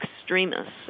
extremists